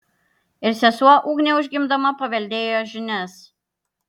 ir sesuo ugnė užgimdama paveldėjo žinias